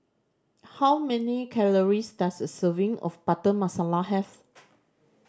how many calories does a serving of Butter Masala have